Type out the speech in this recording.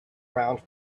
round